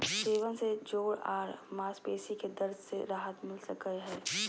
सेवन से जोड़ आर मांसपेशी के दर्द से राहत मिल सकई हई